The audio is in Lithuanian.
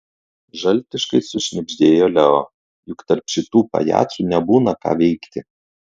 žaltiškai sušnibždėjo leo juk tarp šitų pajacų nebūna ką veikti